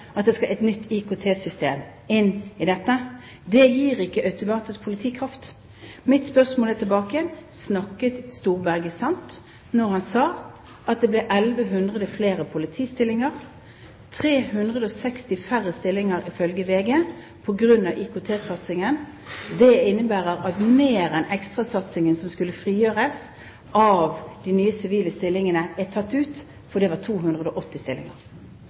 at det skal et nytt IKT-system inn i dette. Det gir ikke automatisk politikraft. Mitt spørsmål er altså: Snakket Storberget sant da han sa at det blir 1 100 flere politistillinger? Ifølge VG blir det 360 færre stillinger på grunn av IKT-satsingen. Det innebærer at mer enn ekstrasatsingen som skulle frigjøres av de nye sivile stillingene, er tatt ut, for det var